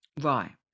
Right